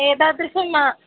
एतादृशं मा